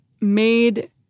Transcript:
made